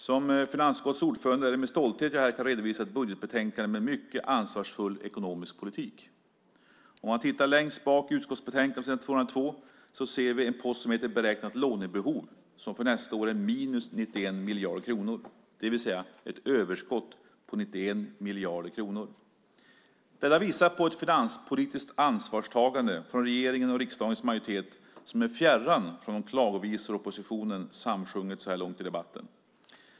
Som finansutskottets ordförande är det med stolthet jag här kan redovisa ett budgetbetänkande med en mycket ansvarsfull ekonomisk politik. Tittar man längst bak i utskottsbetänkandet, på s. 202, ser vi en post som heter Beräknat lånebehov och som för nästa år är minus 91 miljarder kronor, det vill säga ett överskott på 91 miljarder kronor. Detta visar på ett finanspolitiskt ansvarstagande från regeringen och riksdagens majoritet som är fjärran från de klagovisor oppositionen samsjungit så här långt i debatten.